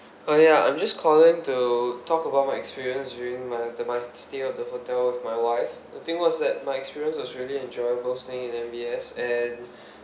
oh yeah I'm just calling to talk about my experience during my stay at the hotel with my wife the thing was that my experience was really enjoyable staying in M_B_S and